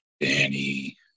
Danny